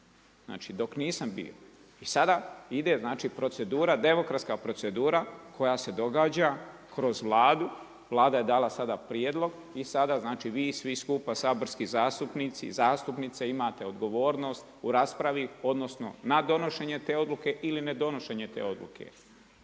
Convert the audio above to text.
Znači dok nisam bio. I sada ide, znači procedura, demokratska procedura koja se događa kroz Vladu, Vlada je dala sada prijedlog i sada znači vi, svi skupa, saborski zastupnici i zastupnice imate odgovornost u raspravi, odnosno na donošenje te odluke ili ne donošenje te odluke,